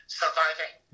surviving